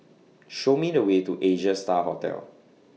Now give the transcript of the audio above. Show Me The Way to Asia STAR Hotel